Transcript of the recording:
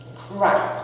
crap